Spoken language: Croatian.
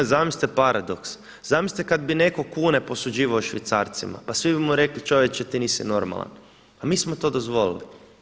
I zamislite paradoks, zamislite kada bi neko kune posuđivao Švicarcima, pa svi bi mu rekli čovječe ti nisi normalan, a mi smo to dozvolili.